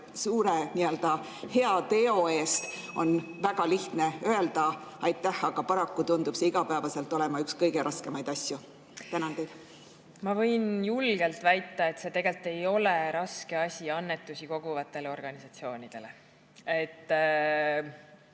Suure ja hea teo eest on väga lihtne aitäh öelda, aga paraku tundub see igapäevaselt olevat üks raskemaid asju. Ma võin julgelt väita, et see tegelikult ei ole raske asi annetusi koguvatele organisatsioonidele. Nemad